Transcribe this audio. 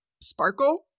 sparkle